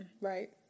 right